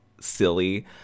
silly